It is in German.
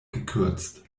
gekürzt